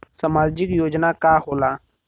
सामाजिक योजना का होला?